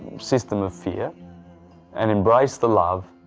system of fear and embrace the love,